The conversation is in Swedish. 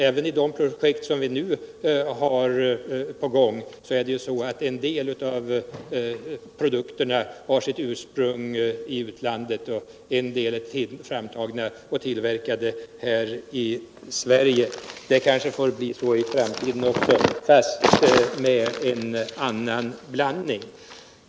Även i de”projekt vi nu har på gång är det så att en del av produkterna har sitt ursprung i "utlandet och en del är framtagna och tillverkade här i Sverige. Det kanske får bli så i framtiden också, men med en annan blandning.